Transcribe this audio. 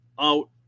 out